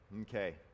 Okay